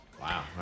Wow